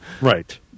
Right